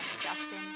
Justin